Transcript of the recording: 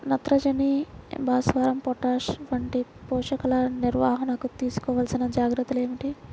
నత్రజని, భాస్వరం, పొటాష్ వంటి పోషకాల నిర్వహణకు తీసుకోవలసిన జాగ్రత్తలు ఏమిటీ?